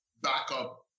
backup